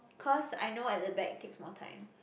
cause I know at the back takes more time